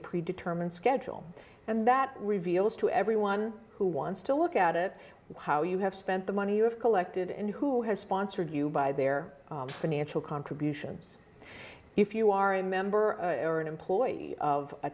pre determined schedule and that reveals to everyone who wants to look at it how you have spent the money you have collected and who has sponsored you by their financial contributions if you are a member or an employee of a